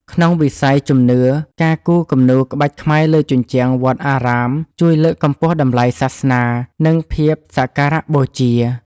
ក្នុងវិស័យជំនឿ ការគូរគំនូរក្បាច់ខ្មែរលើជញ្ជាំងវត្តអារាមជួយលើកកម្ពស់តម្លៃសាសនា និងភាពសក្ការៈបូជា។